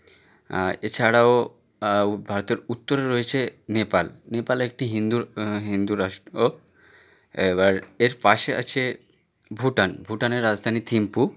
এছাড়াও আও ভারতের উত্তরে রয়েছে নেপাল নেপাল একটি হিন্দু হিন্দু রাষ্ট্র এবার এর পাশে আছে ভুটান ভুটানের রাজধানী থিম্পু